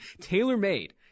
tailor-made